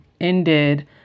ended